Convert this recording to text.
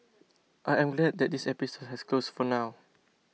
I am glad that this episode has closed for now